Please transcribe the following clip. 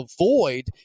avoid